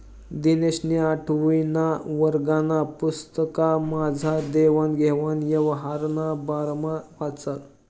दिनेशनी आठवीना वर्गना पुस्तकमझार देवान घेवान यवहारना बारामा वाचं